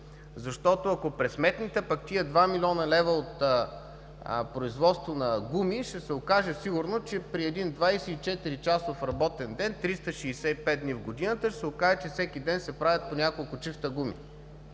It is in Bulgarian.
Защото, ако пресметнете пък тези 2 млн. лв. от производство на гуми, ще се окаже сигурно, че при един 24-часов работен ден, 365 дни в годината, ще се окаже, че всеки ден се правят по няколко чифта гуми.